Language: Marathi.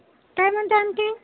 काय म्हणताय आणखी